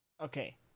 Okay